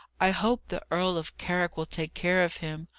i hope the earl of carrick will take care of him.